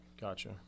Gotcha